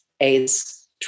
AIDS